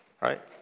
Right